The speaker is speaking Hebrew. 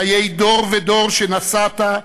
חיי דור ודור שנשאת,